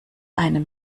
einem